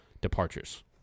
departures